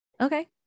Okay